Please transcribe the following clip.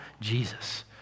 Jesus